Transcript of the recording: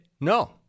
No